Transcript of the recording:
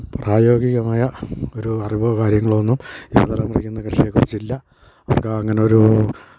പ്രായോഗികമായ ഒരു അറിവോ കാര്യങ്ങളോ ഒന്നും യുവതലമുറക്ക് ഇന്ന് കൃഷയെക്കുറിച്ചില്ല അവർക്ക് അങ്ങനൊരു